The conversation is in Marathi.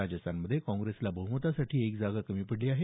राजस्थानमध्ये काँग्रेसला बह्मतासाठी एक जागा कमी पडली आहे